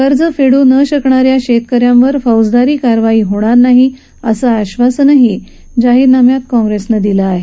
कर्ज फेडू न शकणाऱ्या शेतक यांवर फौजदारी कारवाई होणार नाही असं आश्वासनही जाहीर नाम्यात काँग्रेसनं दिलं आहे